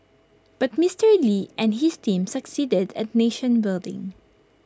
but Mister lee and his team succeeded at nation building